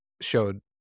showed